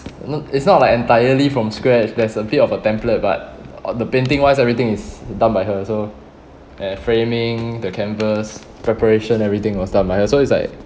it's not like entirely from scratch there's a bit of a template but uh the painting wise everything is done by her eh framing the canvas preparation everything was done by her so it's like